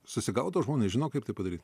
susigaudo žmonės žino kaip tai padaryt